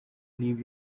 leave